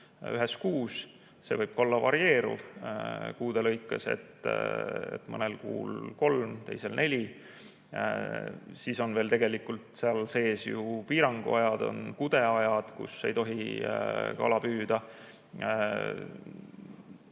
ühes kuus, see võib olla ka varieeruv kuude lõikes, nii et mõnel kuul kolm, teisel neli, siis on veel tegelikult seal sees ju piiranguajad, on kudeajad, kus ei tohi kala püüda.